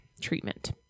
treatment